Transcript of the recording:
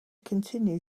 continue